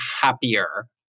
happier